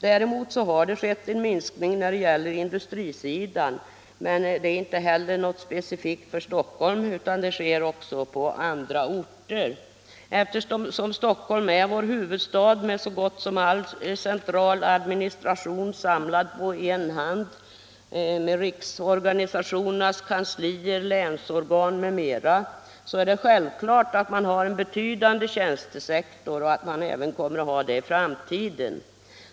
Däremot har det skett en minskning när det gäller industrisidan, men det är inte något specifikt för Stockholm — det gäller också på andra orter. Eftersom Stockholm är vår huvudstad med så gott som all central administration samlad på en hand med riksorganisationernas kanslier, länsorgan m.m. är det självklart att där finns en betydande tjänstesektor och att det kommer att vara så även i framtiden.